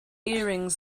earrings